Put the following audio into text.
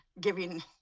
giving